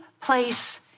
place